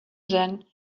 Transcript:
then